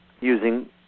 Using